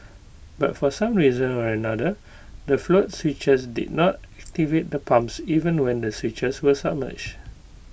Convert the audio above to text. but for some reason or another the float switches did not activate the pumps even when the switches were submerged